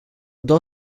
două